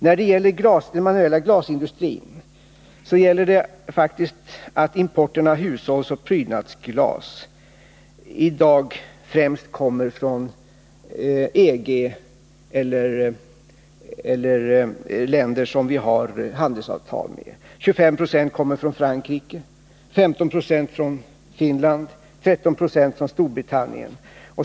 När det gäller den manuella 13 glasindustrin vill jag peka på att importen av hushållsoch prydnadsglas i dag främst kommer från EG eller från länder som Sverige har handelseavtal med. 25 I0 kommer från Frankrike, 15 26 kommer från Finland och 13 26 kommer från Storbritannien.